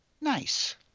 Nice